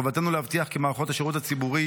מחובתנו להבטיח כי מערכות השירות הציבורי